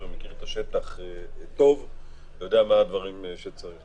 ומכיר את השטח טוב ויודע מה הדברים שצריך.